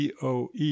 DOE